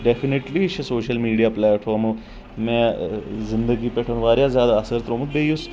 definitely چھُ social پلیٹ فارمو مےٚ زندگی پٮ۪ٹھ واریاہ زیادٕ اثر ترٛوومُت بیٚیہِ یُس